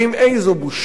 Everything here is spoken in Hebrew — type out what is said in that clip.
איזו בושה,